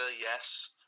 yes